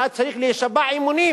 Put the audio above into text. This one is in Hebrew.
אתה צריך להישבע אמונים